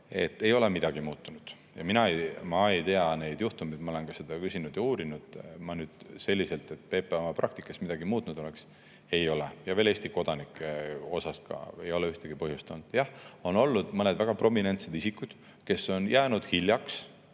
ei ole midagi muutunud. Ma ei tea neid juhtumeid. Ma olen seda küsinud ja uurinud. Seda, et PPA praktikas midagi muutnud oleks, ei ole. Ja veel, Eesti kodanike puhul ei ole ka ühtegi põhjust olnud. Jah, on olnud mõned väga prominentsed isikud, kes on jäänud hiljaks